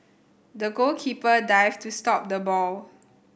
the goalkeeper dived to stop the ball